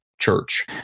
church